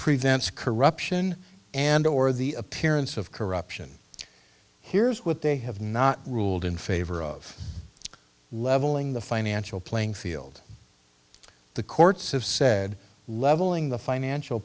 prevents corruption and or the appearance of corruption here's what they have not ruled in favor of leveling the financial playing field the courts have said leveling the financial